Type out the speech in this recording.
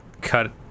cut